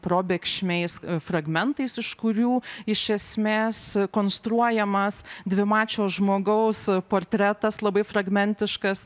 probėgšmais fragmentais iš kurių iš esmės konstruojamas dvimačio žmogaus portretas labai fragmentiškas